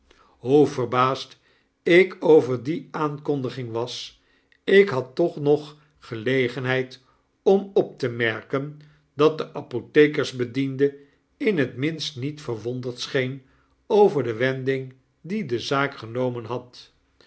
hoe verbaasd ik over die aankondigingwas ik had toch nog gelegenheid om op te merken dat de apothekersbediende in het minst niet verwonderd scheen over de wending die de zaak genomen had